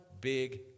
big